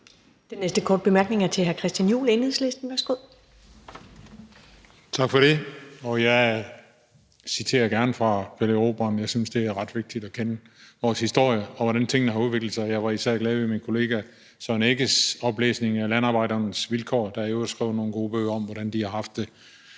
Den næste korte bemærkning er til hr. Christian Juhl, Enhedslisten. Værsgo. Kl. 15:03 Christian Juhl (EL): Tak for det. Jeg citerer gerne fra »Pelle Erobreren«. Jeg synes, det er ret vigtigt at kende vores historie og kende til, hvordan tingene har udviklet sig. Jeg var især glad for min kollega Søren Egge Rasmussens oplæsning af landarbejderens vilkår. Der er i øvrigt skrevet nogle gode bøger om, hvordan de har haft det